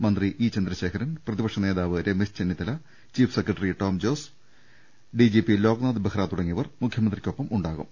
മന്ത്രി ഇ ചന്ദ്രശേഖരൻ പ്രതിപക്ഷ നേതാവ് Ramesh Chennithala chief secretary Tom Jose DGP Loknath Behera തു ടങ്ങിയവർ മുഖ്യമന്ത്രിക്കൊപ്പമുണ്ടാകും